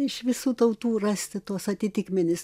iš visų tautų rasti tuos atitikmenis